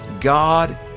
God